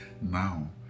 now